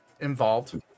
involved